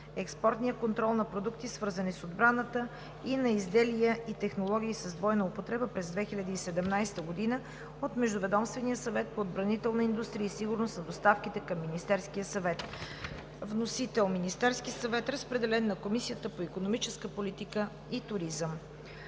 експортния контрол на продукти, свързани с отбраната, и на изделия и технологии с двойна употреба през 2017 г. от Междуведомствения съвет по отбранителна индустрия и сигурност на доставките към Министерския съвет. Вносител – Министерският съвет. Разпределен е на Комисията по икономическа политика и туризъм.